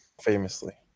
famously